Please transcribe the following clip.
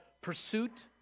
Pursuit